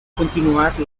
continuar